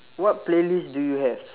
what playlist do you have